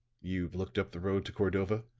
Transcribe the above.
you've looked up the road to cordova?